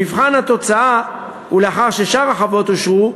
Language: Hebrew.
במבחן התוצאה, ולאחר ששאר החוות אושרו,